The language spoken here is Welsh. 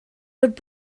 bod